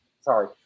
sorry